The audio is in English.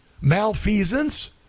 malfeasance